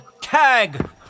Tag